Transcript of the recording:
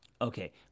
Okay